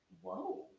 whoa